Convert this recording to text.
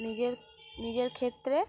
নিজের নিজের ক্ষেত্রে